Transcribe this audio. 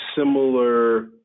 similar